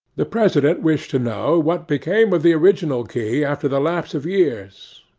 the president wished to know what became of the original key after the lapse of years.